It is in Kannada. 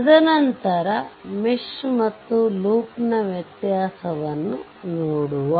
ತದನಂತರ ಮೆಶ್ ಮತ್ತು ಲೂಪ್ ನ ವ್ಯತ್ಯಾಸ ನೋಡುವ